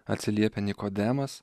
atsiliepė nikodemas